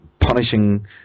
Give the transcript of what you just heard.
punishing